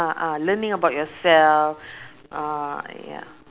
a'ah learning about yourself uh ya